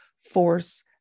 force